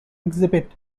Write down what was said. exhibit